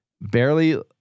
Barely